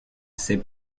ces